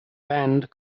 band